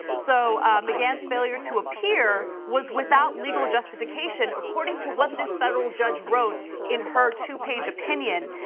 so mcgann's failure to appear was without legal justification according to what this federal judge wrote in her two-page opinion.